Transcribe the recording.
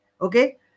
Okay